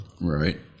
right